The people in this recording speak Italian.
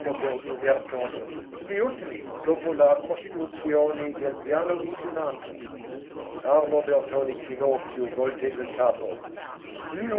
il bertone gli ultimi dopo la costruzione del piano inclinato carlo bertone chinò più volte il capo